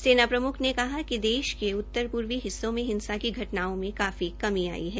सेना प्रम्ख ने कहा कि देश के उत्तर पूर्वी हिस्सों में हिंसा की घटनाओं में काफी कमी आई है